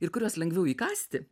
ir kuriuos lengviau įkąsti